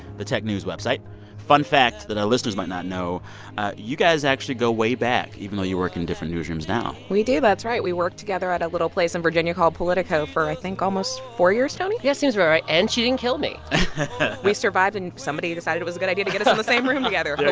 the tech news website fun fact that our listeners might not know you guys actually go way back, even though you work in different newsrooms now we do. that's right. we worked together at a little place in virginia called politico for i think almost four years, tony yeah, seems about right. and she didn't kill me we survived, and somebody decided it was a good idea to get us in the same room together.